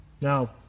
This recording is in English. Now